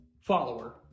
follower